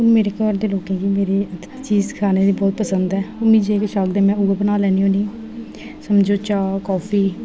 मेरे घर दे लोकें गी मेरे खाने गी चीज़ बहुत पसंद ऐ मीं जो किश आखदे में उ'यै बनाई लैन्नी होन्नियां आं समझो चाह् कॉफी